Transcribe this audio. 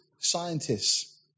scientists